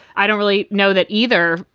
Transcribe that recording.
i don't really know that either.